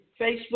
Facebook